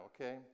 okay